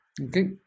Okay